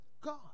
God